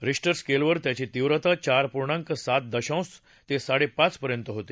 Richter स्केलवर त्यांची तीव्रता चार पूर्णांक सात दशांश ते साडेपाच पर्यंत होती